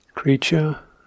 Creature